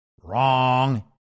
Wrong